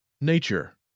Nature